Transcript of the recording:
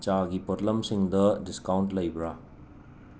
ꯆꯥꯒꯤ ꯄꯣꯠꯂꯝꯁꯤꯡꯗ ꯗꯤꯁꯀꯥꯎꯟꯠ ꯂꯩꯕꯔ